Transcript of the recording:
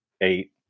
eight